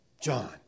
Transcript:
John